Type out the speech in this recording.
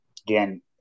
Again